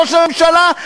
ראש הממשלה,